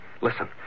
Listen